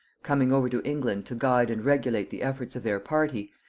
coming over to england to guide and regulate the efforts of their party,